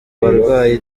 barwayi